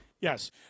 Yes